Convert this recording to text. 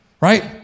Right